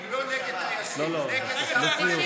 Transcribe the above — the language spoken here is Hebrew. נגד סרבנים, לא נגד טייסים.